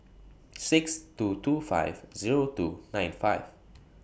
six two two five Zero two nine five